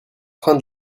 train